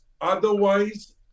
Otherwise